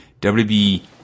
WB